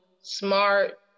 smart